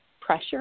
pressure